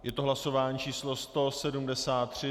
Je to hlasování číslo 173.